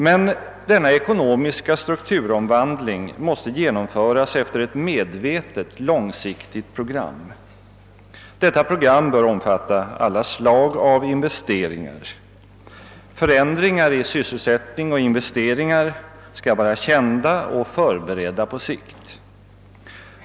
Men den ekonomiska strukturomvandlingen måste genomföras på ett medvetet sätt och efter ett långsiktigt program. Detta bör omfatta alla slag av investeringar. Förändringar i sysselsättning och investeringar skall vara kända och förberedda på sikt.